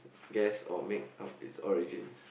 guess or make up its origins